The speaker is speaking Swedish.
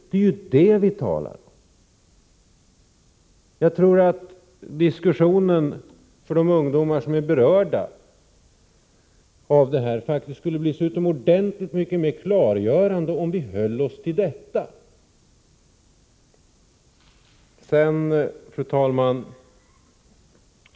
Om vi höll oss till detta, tror jag att diskussionen skulle bli utomordentligt mycket mer klargörande för de ungdomar som är berörda. Fru talman!